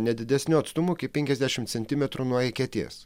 ne didesniu atstumu kaip penkiasdešimt centimetrų nuo eketės